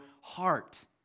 heart